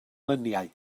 luniau